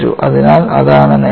അതിനാൽ അതാണ് നേട്ടം